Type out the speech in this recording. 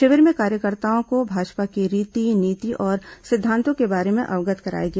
शिविर में कार्यकर्ताओं को भाजपा की रीति नीति और सिद्धांत के बारे में अवगत कराया गया